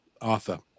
arthur